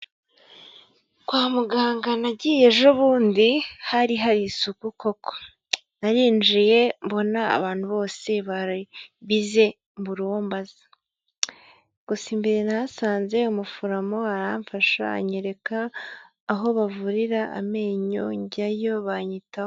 Kwa muganga nagiye ejobundi hari hari isuku koko, narinjiye mbona abantu bose bari bize mbura uwo mbaza, gusa imbere nahasanze umuforomo aramfasha anyereka aho bavurira amenyo njyayo banyitaho.